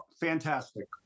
Fantastic